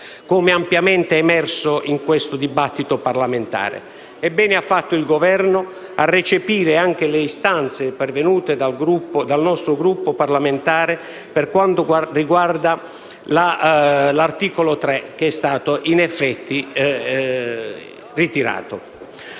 come ampiamente è emerso in questo dibattito parlamentare, e bene ha fatto il Governo a recepire anche le istanze pervenute dal nostro Gruppo parlamentare per quanto riguarda l'articolo 3, che è stato in effetti ritirato.